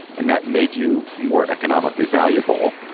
and that made you more economically valuable.